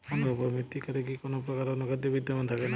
অনুর্বর মৃত্তিকাতে কি কোনো প্রকার অনুখাদ্য বিদ্যমান থাকে না?